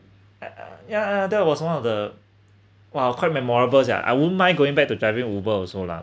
uh yeah that was one of the while quite memorable yeah I won't mind going back to driving Uber also lah